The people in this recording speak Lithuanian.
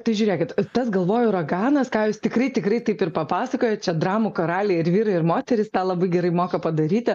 tai žiūrėkit tas galvoj uraganas ką jūs tikrai tikrai taip ir papasakojot čia dramų karaliai ir vyrai ir moterys tą labai gerai moka padaryti